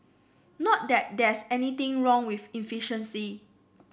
not that there's anything wrong with efficiency